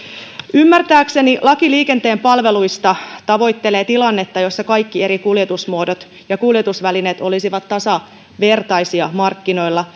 ymmärtääkseni laki liikenteen palveluista tavoittelee tilannetta jossa kaikki eri kuljetusmuodot ja kuljetusvälineet olisivat tasavertaisia markkinoilla